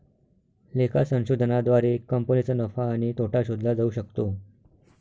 लेखा संशोधनाद्वारे कंपनीचा नफा आणि तोटा शोधला जाऊ शकतो